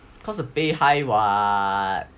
cause the pay high [what]